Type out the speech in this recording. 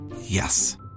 Yes